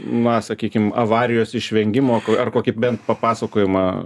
na sakykim avarijos išvengimo ar kokį bent papasakojimą